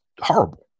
horrible